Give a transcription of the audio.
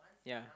ya